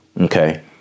Okay